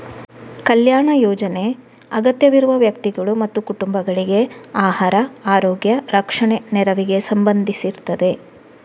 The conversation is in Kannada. ಕಲ್ಯಾಣ ಯೋಜನೆ ಅಗತ್ಯವಿರುವ ವ್ಯಕ್ತಿಗಳು ಮತ್ತು ಕುಟುಂಬಗಳಿಗೆ ಆಹಾರ, ಆರೋಗ್ಯ, ರಕ್ಷಣೆ ನೆರವಿಗೆ ಸಂಬಂಧಿಸಿರ್ತದೆ